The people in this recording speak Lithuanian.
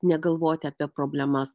negalvoti apie problemas